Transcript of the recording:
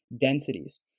densities